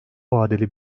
vadeli